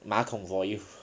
马桶 for you